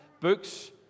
books